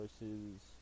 versus